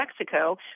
Mexico